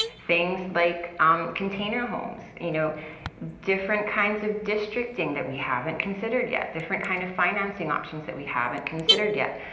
things like um container homes. you know different kinds of districting that we haven't considered yet, kind of financing options that we haven't considered yet.